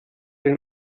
den